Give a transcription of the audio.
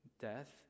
death